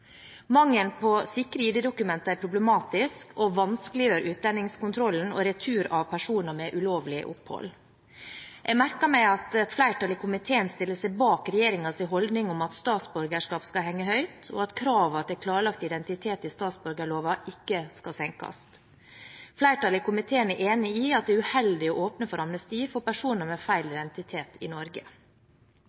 på sikre ID-dokumenter er problematisk og vanskeliggjør utlendingskontrollen og retur av personer med ulovlig opphold. Jeg merker meg at flertallet i komiteen stiller seg bak regjeringens holdning om at statsborgerskap skal henge høyt, og at kravene til klarlagt identitet i statsborgerloven ikke skal senkes. Flertallet i komiteen er enig i at det er uheldig å åpne for amnesti for personer med feil identitet i Norge.